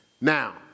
Now